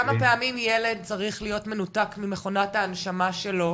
כמה פעמים ילד צריך להיות מנותק ממכונת ההנשמה שלו,